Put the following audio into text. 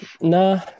No